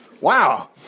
Wow